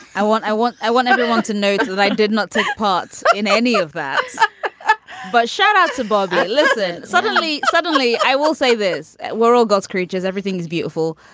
i want i want i want everyone to know that i did not take part in any of that but shout out to bob. but listen. suddenly suddenly i will say this we're all god's creatures everything is beautiful.